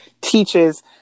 teaches